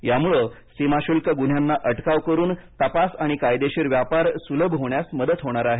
यामुळे सीमाशुल्क गुन्ह्यांना अटकाव करून तपास आणि कायदेशीर व्यापार सुलभ होण्यास मदत होणार आहे